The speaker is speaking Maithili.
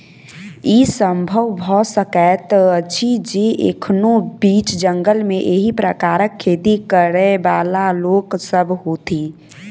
ई संभव भ सकैत अछि जे एखनो बीच जंगल मे एहि प्रकारक खेती करयबाला लोक सभ होथि